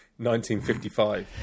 1955